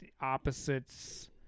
Opposites